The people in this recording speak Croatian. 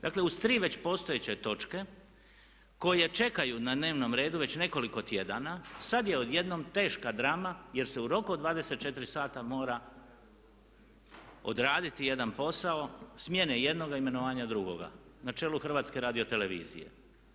Dakle, uz tri već postojeće točke koje čekaju na dnevnom redu već nekoliko tjedana sad je odjednom teška drama jer se u roku od 24 sata mora odraditi jedan posao smjene jednog, a imenovanje drugog na čelu HRT-a.